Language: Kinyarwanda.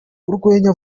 urwenya